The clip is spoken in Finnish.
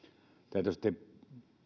tietysti